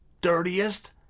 dirtiest